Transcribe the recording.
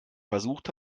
versucht